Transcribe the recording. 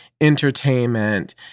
entertainment